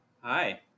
Hi